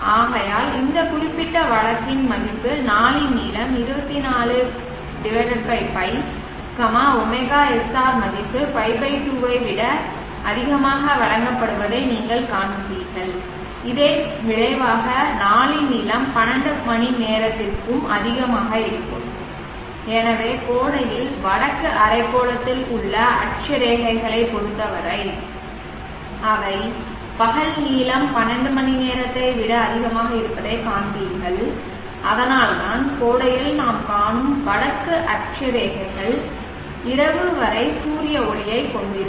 ஆகையால் இந்த குறிப்பிட்ட வழக்கின் மதிப்பு நாளின் நீளம் 24 π ωsr மதிப்பு π 2 ஐ விட அதிகமாக வழங்கப்படுவதை நீங்கள் காண்கிறீர்கள் இதன் விளைவாக நாளின் நீளம் 12 மணி நேரத்திற்கும் அதிகமாக இருக்கும் எனவே கோடையில் வடக்கு அரைக்கோளத்தில் உள்ள அட்சரேகைகளைப் பொறுத்தவரை அவை பகல் நீளம் 12 மணிநேரத்தை விட அதிகமாக இருப்பதைக் காண்பீர்கள் அதனால்தான் கோடையில் நாம் காணும் வடக்கு அட்சரேகைகள் இரவு வரை சூரிய ஒளியைக் கொண்டிருக்கும்